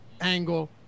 angle